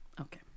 Okay